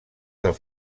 del